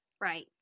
Right